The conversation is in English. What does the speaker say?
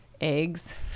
eggs